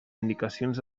indicacions